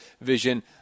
Vision